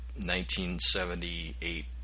1978